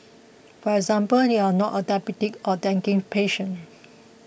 for example you are not a diabetic or dengue patient